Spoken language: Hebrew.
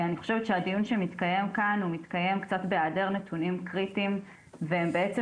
אני חושבת שהדיון שמתקיים כאן מתקיים קצת בהיעדר נתונים קריטיים והם בעצם